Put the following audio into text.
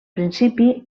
principi